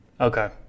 Okay